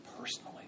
personally